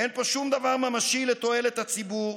אין פה שום דבר ממשי לתועלת הציבור,